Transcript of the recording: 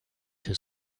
his